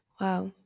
Wow